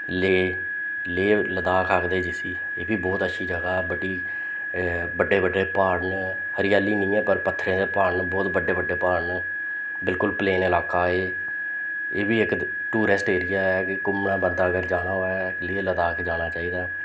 लेह् लेह् लद्दाख आखदे जिसी एह् बी बोह्त अच्छी जगह् ऐ बड्डी बड्डे बड्डे प्हाड़ न हरियाली नेईं ऐ पर पत्थरें दे प्हाड़ न बोह्त बड्डे बड्डे प्हाड़ न बिलकुल प्लेन लाका एह् एह् बी इक ट्यूरिस्ट ऐरिया ऐ कि घूमने बंदा अगर जाना होऐ लेह् लद्दाख जाना चाहिदा ऐ